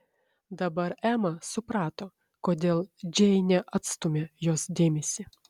dabar ema suprato kodėl džeinė atstūmė jos dėmesį